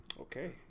Okay